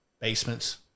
basements